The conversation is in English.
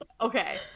okay